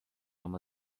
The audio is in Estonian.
oma